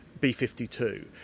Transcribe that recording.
B-52